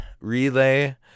relay